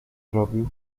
zrobił